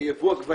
בעלי